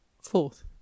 Fourth